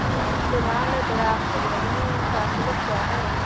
Demand draft भेजने का शुल्क क्या है?